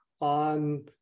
on